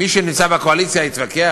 מי שנמצא בקואליציה יתווכח,